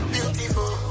Beautiful